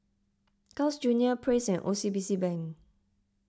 Carl's Junior Praise and O C B C Bank